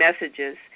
messages